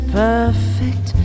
perfect